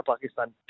Pakistan